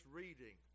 reading